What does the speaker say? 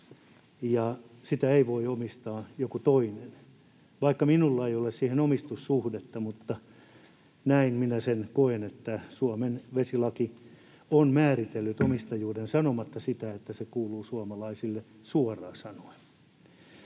Sitä ei voi omistaa joku toinen, vaikka minulla ei ole siihen omistussuhdetta. Näin minä sen koen, että Suomen vesilaki on määritellyt omistajuuden sanomatta suoraan sanoen sitä, että se kuuluu suomalaisille. Mutta kun